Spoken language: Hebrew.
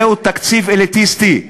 זהו תקציב אליטיסטי,